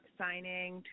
signing